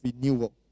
renewal